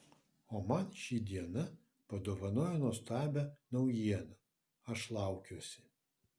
o man ši diena padovanojo nuostabią naujieną aš laukiuosi